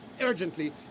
urgently